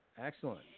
Excellent